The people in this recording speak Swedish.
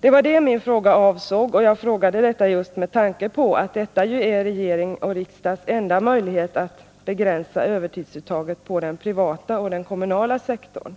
Det var det min fråga avsåg, och jag frågade just med tanke på att detta ju är regeringens och riksdagens enda möjlighet att begränsa övertidsuttaget på den privata och den kommunala sektorn.